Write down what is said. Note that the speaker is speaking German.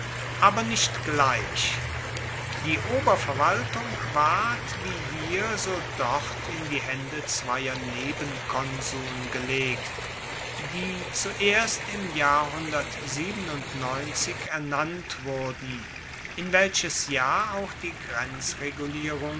aber nicht gleich die oberverwaltung ward wie hier so dort in die haende zweier nebenkonsuln gelegt die zuerst im jahr ernannt wurden in welches jahr auch die